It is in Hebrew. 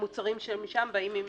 והמוצרים משם באים עם